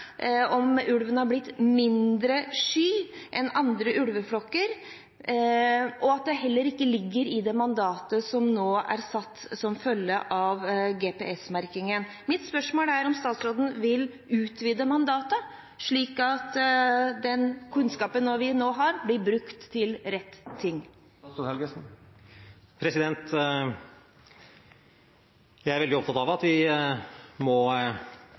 om ulven har blitt mindre sky enn andre ulveflokker, og at det heller ikke ligger i det mandatet som nå er satt som følge av GPS-merkingen. Mitt spørsmål er om statsråden vil utvide mandatet, slik at den kunnskapen vi nå har, blir brukt til rett ting. Jeg er veldig opptatt av at vi må